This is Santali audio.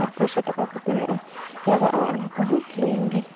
ᱟᱨ ᱯᱩᱭᱥᱟᱹ ᱴᱟᱠᱟ ᱠᱚ ᱛᱤᱱᱟᱹᱜᱼᱟ ᱞᱟᱜᱟᱜᱼᱟ ᱚᱱᱟ ᱠᱚᱦᱚᱸ ᱞᱟᱹᱭᱟᱹᱧ ᱵᱤᱱ